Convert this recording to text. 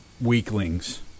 weaklings